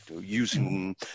using